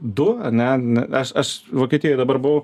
du a ne aš aš vokietijoj dabar buvau